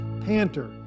Panter